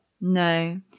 no